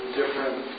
different